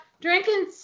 Drinking